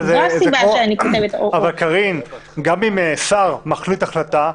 זו הסיבה שאני --- גם אם שר מחליט החלטה,